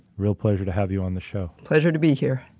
real pleasure to have you on the show. pleasure to be here.